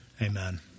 Amen